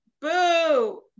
Boo